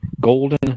Golden